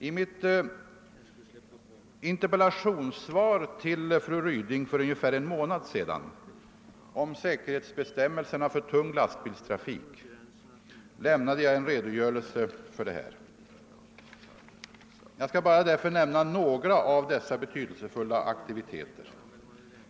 I mitt interpellationssvar till fru Ryding för ungefär en månad sedan om säkerhetsbestämmelserna för tung lastbilstrafik lämnade jag en redogörelse härför. Jag skall därför nu bara nämna några av dessa betydelsefulla aktiviteter.